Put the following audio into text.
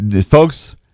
Folks